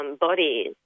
bodies